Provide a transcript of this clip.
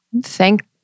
Thank